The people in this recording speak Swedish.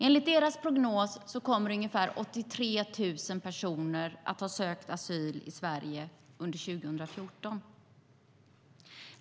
Enligt deras prognos kommer ungefär 83 000 personer att ha sökt asyl i Sverige under 2014.